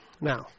Now